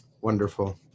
Wonderful